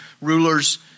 rulers